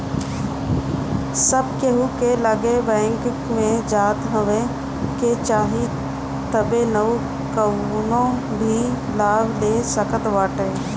सब केहू के लगे बैंक में खाता होखे के चाही तबे नअ उ कवनो भी लाभ ले सकत बाटे